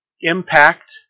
Impact